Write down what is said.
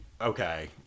okay